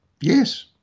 yes